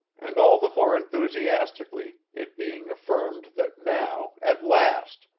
and all the more enthusiastically, it being affirmed that now, at last,